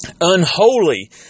unholy